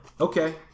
Okay